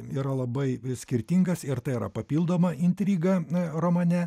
yra labai skirtingas ir tai yra papildoma intriga romane